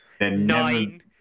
Nine